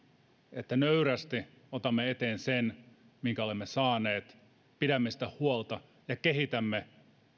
että nöyrästi otamme eteen sen minkä olemme saaneet pidämme siitä huolta ja kehitämme